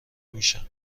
میشم